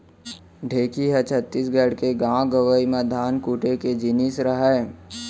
ढेंकी ह छत्तीसगढ़ के गॉंव गँवई म धान कूट के जिनिस रहय